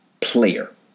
player